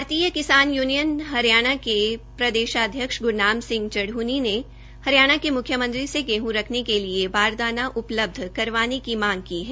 भारतीय किसान यूनियन हरियाणा के प्रदेशाध्यक्ष ग्रनाम सिंह चढ़नी ने हरियाणा के मुख्यमंत्री से गेहूं रखने के लिए बारदाना उपलब्ध करवाने की मांग की है